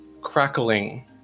crackling